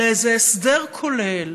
לאיזה הסדר כולל,